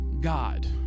God